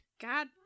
God